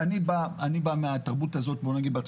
אני בא מהתרבות הזאת בארה"ב,